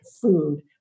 food